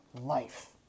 life